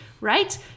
right